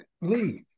leave